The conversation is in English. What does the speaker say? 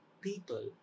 people